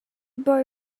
boy